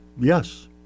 Yes